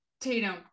Tatum